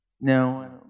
No